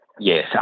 Yes